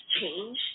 change